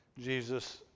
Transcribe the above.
Jesus